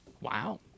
Wow